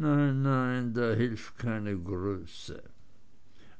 nein nein da hilft keine größe